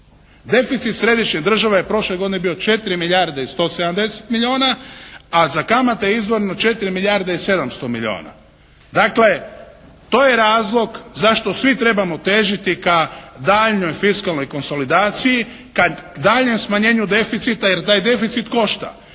Deficit središnje države je prošle godine bio 4 milijarde i 170 milijuna, a za kamate je izdvojeno 4 milijarde i 700 milijuna. Dakle to je razlog zašto svi trebamo težiti ka daljnjoj fiskalnoj konsolidaciji kad daljnjem smanjenju deficita jer taj deficit košta.